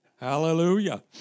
Hallelujah